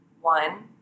one